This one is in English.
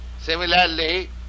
Similarly